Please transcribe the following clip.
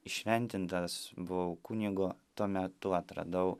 įšventintas buvau kunigu tuo metu atradau